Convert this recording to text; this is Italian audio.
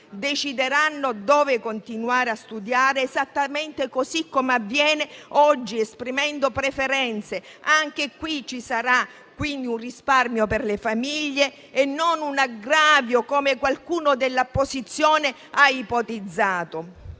decideranno dove continuare a studiare, esattamente come avviene oggi, esprimendo preferenze. Anche qui ci sarà quindi un risparmio per le famiglie e non un aggravio, come qualcuno dell'opposizione ha ipotizzato.